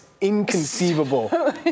inconceivable